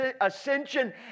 ascension